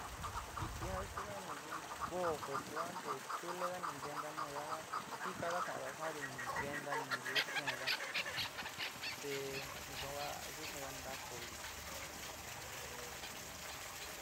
Kɨtɨ ka yuuda nu kuí koó kue yuan te chúlega ni kenta nudá, jikadaá kuandá suan te kenta ni yu'ú xeenda te yuan yuú xeénna ntá koó vina.